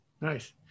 Nice